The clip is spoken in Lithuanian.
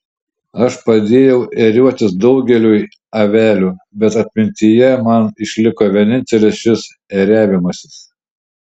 aš padėjau ėriuotis daugeliui avelių bet atmintyje man išliko vienintelis šis ėriavimasis